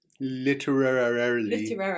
literarily